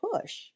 push